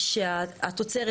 שהתוצרת